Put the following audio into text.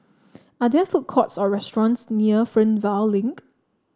are there food courts or restaurants near Fernvale Link